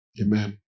Amen